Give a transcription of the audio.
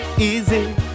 Easy